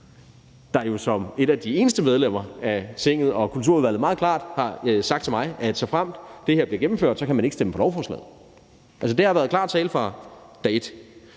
der jo som et af de eneste medlemmer af Tinget og af Kulturudvalget meget klart har sagt til mig, at såfremt det her bliver gennemført, kan man ikke stemme for lovforslaget. Det har været klar tale fra dag et.